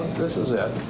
this is it.